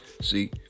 See